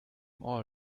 all